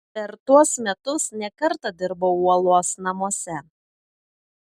per tuos metus ne kartą dirbau uolos namuose